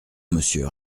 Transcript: monsieur